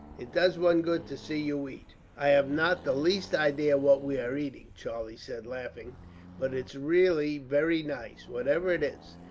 it does one good to see you eat. i have not the least idea what we are eating, charlie said, laughing but it's really very nice, whatever it is.